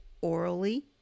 orally